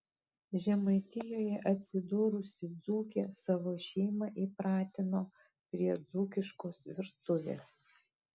žemaitijoje atsidūrusi dzūkė savo šeimą įpratino prie dzūkiškos virtuvės